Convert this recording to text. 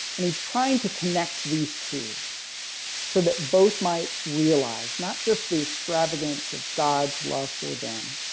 and he's trying to connect these two so that both might realize. not just the extravagance of god's love for them,